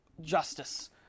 justice